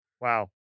wow